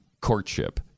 courtship